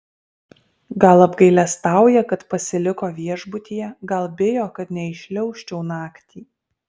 gal apgailestauja kad pasiliko viešbutyje gal bijo kad neįšliaužčiau naktį